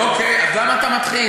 אוקיי, אז למה אתה מתחיל?